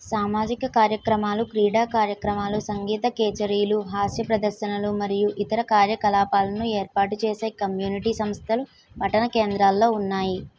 సామాజిక కార్యక్రమాలు క్రీడా కార్యక్రమాలు సంగీత కచేరీలు హాస్య ప్రదర్శనలు మరియు ఇతర కార్యకలాపాలను ఏర్పాటు చేసే కమ్యూనిటీ సంస్థలు పట్టణ కేంద్రాల్లో ఉన్నాయి